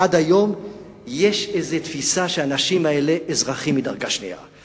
עד היום יש איזו תפיסה שהאנשים האלה הם אזרחים מדרגה שנייה.